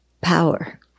power